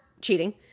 cheating